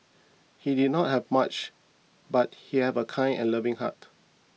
he did not have much but he have a kind and loving heart